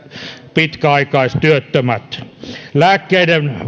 pitkäaikaistyöttömät lääkkeiden